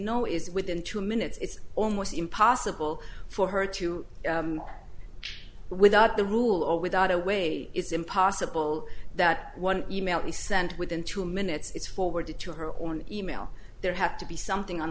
know is within two minutes it's almost impossible for her to do without the rule or without a way it's impossible that one e mail she sent within two minutes is forwarded to her own e mail there have to be something on